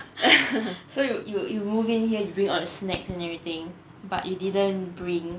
so you you you move in here you bring all the snacks and everything but you didn't bring